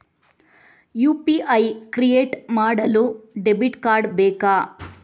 UPI create ಮಾಡಲು debit card ಬೇಕಾ?